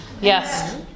Yes